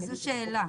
זה שאלה.